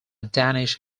danish